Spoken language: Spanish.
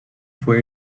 fue